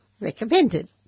recommended